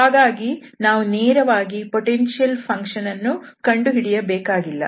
ಹಾಗಾಗಿ ನಾವು ನೇರವಾಗಿ ಪೊಟೆನ್ಶಿಯಲ್ ಫಂಕ್ಷನ್ ಅನ್ನು ಕಂಡುಹಿಡಿಯಬೇಕಾಗಿಲ್ಲ